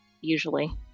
usually